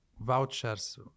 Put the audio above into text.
vouchers